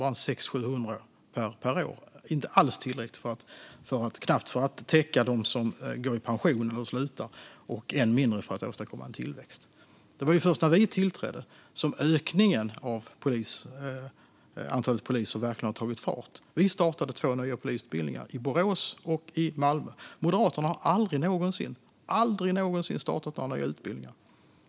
Det var bara 600-700 per år och inte alls tillräckligt för att knappt täcka dem som går i pension eller slutar och än mindre för att åstadkomma en tillväxt. Det var först när vi tillträdde som ökningen av antalet poliser verkligen har tagit fart. Vi startade två nya polisutbildningar i Borås och Malmö. Moderaterna har aldrig någonsin startat några nya utbildningar.